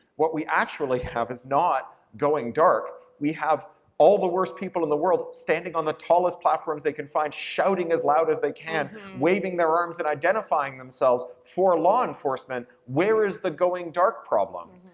what we actually have is not going dark. we have all the worst people in the world standing on the tallest platforms they can find shouting as loud as they can, waving their arms and identifying themselves for law enforcement, where is the going dark problem?